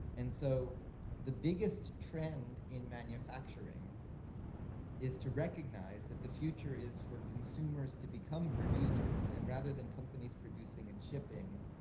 and so the biggest trend in manufacturing is to recognize that the future is for consumers to become producers, and rather than companies producing and shipping,